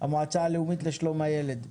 המועצה הלאומית לשלום הילד,